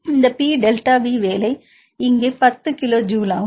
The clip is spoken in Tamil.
இந்த P டெல்டா V வேலை இங்கே பத்து கிலோ ஜூல் ஆகும்